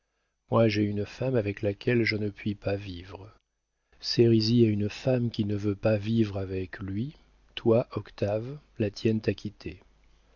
moi j'ai une femme avec laquelle je ne puis pas vivre sérizy a une femme qui ne veut pas vivre avec lui toi octave la tienne t'a quitté